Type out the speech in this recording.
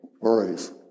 Worries